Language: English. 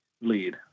Lead